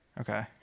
okay